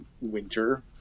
winter